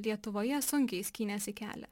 lietuvoje sunkiai skynėsi kelią